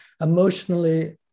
Emotionally